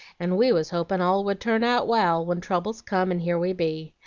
and we was hopin' all would turn out wal, when troubles come, and here we be.